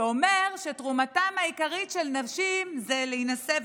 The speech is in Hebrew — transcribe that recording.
שאומר שתרומתן העיקרית של נשים זה להינשא